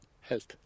health